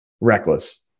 reckless